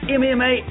mma